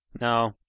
No